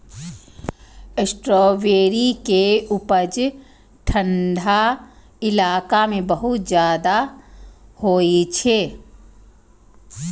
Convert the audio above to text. strawberry के उपज ठंढा इलाका मे बहुत ज्यादा होइ छै